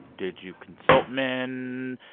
did you consult men?